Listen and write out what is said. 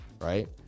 Right